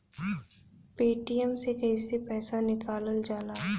Paytm से कैसे पैसा निकलल जाला?